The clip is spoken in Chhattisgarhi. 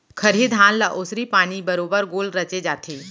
खरही धान ल ओसरी पानी बरोबर गोल रचे जाथे